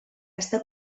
està